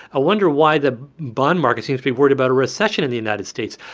ah wonder why the bond market seems to be worried about a recession in the united states,